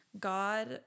God